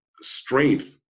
strength